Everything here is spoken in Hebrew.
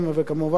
וכמובן,